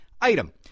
Item